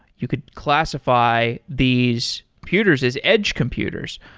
you could classify these computers as edge computers.